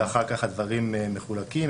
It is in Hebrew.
ואחר כך הדברים מחולקים.